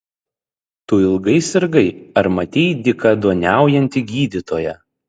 tu ilgai sirgai ar matei dykaduoniaujantį gydytoją